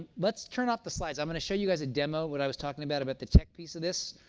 let's turn off the slides. i'm going to show you guys a demo, what i was talking about about the tech piece of this,